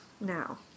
now